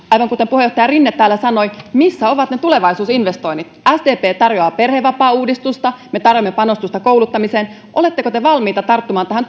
aivan kuten puheenjohtaja rinne täällä sanoi missä ovat ne tulevaisuusinvestoinnit sdp tarjoaa perhevapaauudistusta ja me tarjoamme panostusta kouluttamiseen oletteko te valmiita tarttumaan tähän